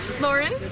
Lauren